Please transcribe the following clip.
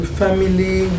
family